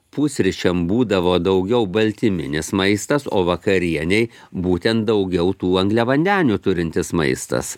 pusryčiam būdavo daugiau baltyminis maistas o vakarienei būtent daugiau tų angliavandenių turintis maistas